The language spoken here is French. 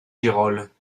girolles